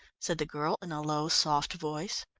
said the girl, in a low, soft voice.